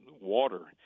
water